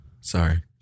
Sorry